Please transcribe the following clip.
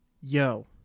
Yo